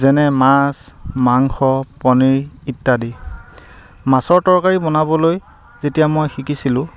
যেনে মাছ মাংস পনীৰ ইত্যাদি মাছৰ তৰকাৰী বনাবলৈ যেতিয়া মই শিকিছিলোঁ